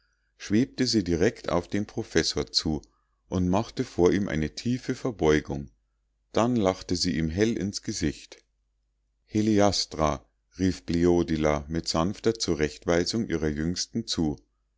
schwebte sie direkt auf den professor zu und machte vor ihm eine tiefe verbeugung dann lachte sie ihm hell ins gesicht heliastra rief bleodila mit sanfter zurechtweisung ihrer jüngsten zu